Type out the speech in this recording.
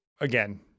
again